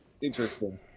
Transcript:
interesting